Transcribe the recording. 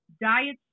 diet